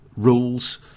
Rules